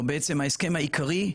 או בעצם ההסכם העיקרי,